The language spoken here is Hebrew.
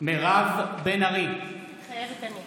מירב בן ארי, מתחייבת אני